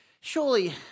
surely